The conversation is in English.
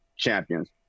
champions